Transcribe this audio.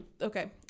okay